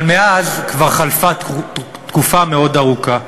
אבל מאז כבר חלפה תקופה מאוד ארוכה,